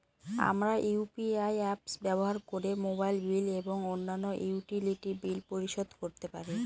আমরা UPI apps ব্যবহার করে মোবাইল বিল এবং অন্যান্য ইউটিলিটি বিল পরিশোধ করতে পারি